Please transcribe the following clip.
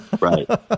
Right